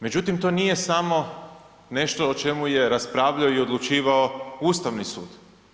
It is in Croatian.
Međutim, to nije samo o čemu je raspravljao i odlučivao Ustavni sud.